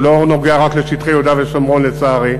הוא לא נוגע רק לשטחי יהודה ושומרון, לצערי.